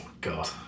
god